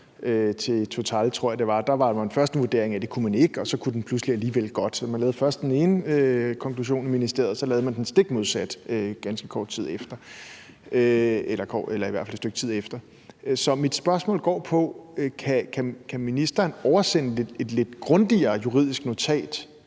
til Total, tror jeg det var, var den første vurdering, at det kunne man ikke, og så kunne man pludselig alligevel godt. Så man lavede først den ene konklusion i ministeriet, og så lavede man den stikmodsatte ganske kort tid efter – eller i hvert fald et stykke tid efter. Så mit spørgsmål går på, om ministeren kan oversende et lidt grundigere juridisk notat